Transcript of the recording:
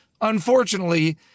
unfortunately